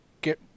get